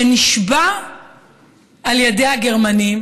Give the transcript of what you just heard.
שנשבה על ידי הגרמנים